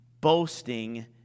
boasting